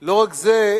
לא רק זה,